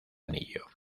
anillo